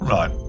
Right